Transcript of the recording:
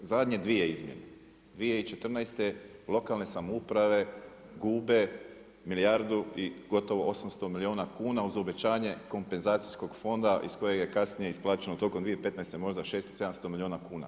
Zadnje dvije izmjene, 2014. lokalne samouprave gube milijardu i gotovo 800 milijuna kuna uz obećanje kompenzacijskog fonda iz kojeg je kasnije isplaćeno tijekom 2015. možda 600, 700 milijuna kuna.